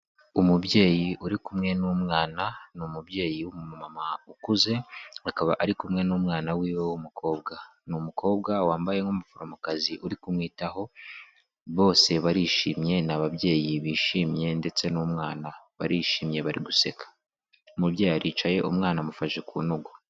Umubyeyi uri kumwe n'umwana, ni umubyeyi ukuze, akaba ari kumwe n'umwana w'iwe w'umukobwa, n'umukobwa wambaye nk'umuforomokazi uri kumwitaho. Bose barishimye, ni ababyeyi bishimye ndetse n'umwana barishimye bari guseka. Umubyeyi yaricaye umwana amufashe ku ntugu.